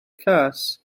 cas